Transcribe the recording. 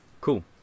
cool